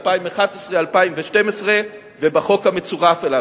זה בא לידי ביטוי בתקציב הדו-שנתי ל-2011 2012 ובחוק המצורף אליו.